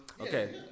Okay